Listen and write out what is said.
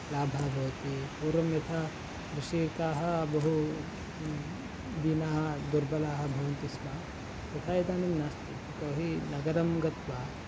लाभः भवति पूर्वं यथा कृषिकाः बहु दीनाः दुर्बलाः भवन्ति स्म तथा इदानीं नास्ति यतोहि नगरं गत्वा